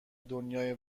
دنیای